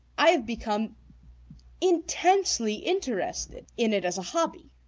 i have become intensely interested in it as a hobby.